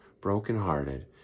brokenhearted